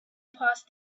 past